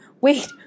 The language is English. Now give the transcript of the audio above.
Wait